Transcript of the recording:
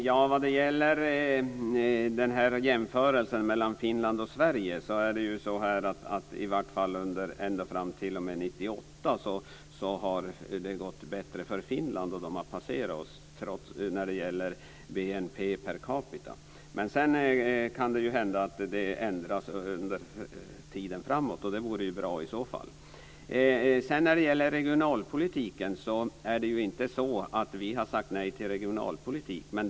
Fru talman! Vad gäller jämförelsen mellan Finland och Sverige har det i vart fall ända fram till år 1998 gått bättre för Finland. Det har passerat oss när det gäller BNP per capita. Sedan kan det hända att det ändras under tiden framöver, och det vore i så fall bra. Det är inte så att moderaterna har sagt nej till regionalpolitik.